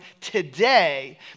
today